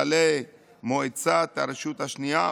כללי מועצת הרשות השנייה,